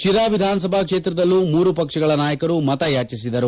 ಶಿರಾ ವಿಧಾನಸಭಾ ಕ್ಷೇತ್ರದಲ್ಲೂ ಮೂರೂ ಪಕ್ಷಗಳ ನಾಯಕರು ಮತಯಾಚಿಸಿದರು